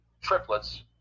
triplets